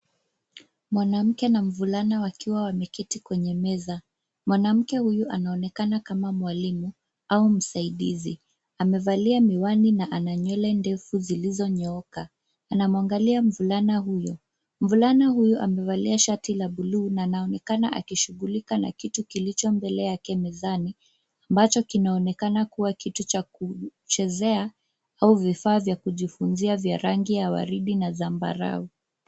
Mwanamke na mvulana wakiwa wameketi kwenye meza. Mwanamke huyu anaonekana kama mwalimu au msaidizi. Amevalia miwani na ananywele ndefu zilizonyooka. Anamwangalia mvulana huyo. Mvulana huyo amevalia shati la buluu na anaonekana akishughulika na kitu kilicho mbele yake mezani, ambacho kinaonekana kuwa kitu cha kuchezea au vifaa vya kujifunzia vya rangi ya waridi na zambarau.